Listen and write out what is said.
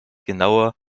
genauer